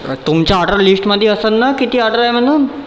अरे तुमच्या ऑर्डर लिस्टमध्ये असंन ना किती ऑर्डर आहे म्हणून